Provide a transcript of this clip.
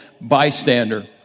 Bystander